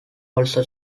also